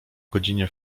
godzinie